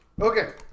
Okay